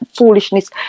foolishness